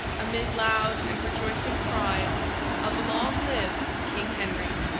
amid loud and rejoicing cries of long live king henry